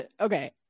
Okay